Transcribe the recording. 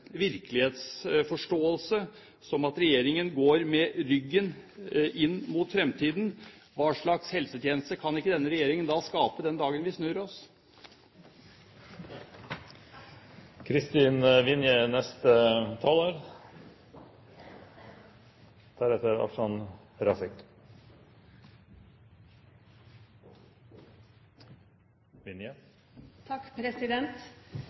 virkelighetsforståelse, at regjeringen går med ryggen inn mot fremtiden, hva slags helsetjeneste kan ikke denne regjeringen da skape den dagen vi snur oss?